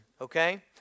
okay